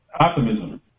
Optimism